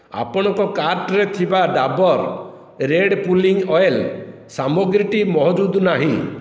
ଆପଣଙ୍କ କାର୍ଟ୍ରେ ଥିବା ଡାବର୍ ରେଡ଼୍ ପୁଲିଂ ଅଏଲ୍ ସାମଗ୍ରୀଟି ମହଜୁଦ ନାହିଁ